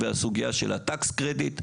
הסוגייה של הטבות המיסוי.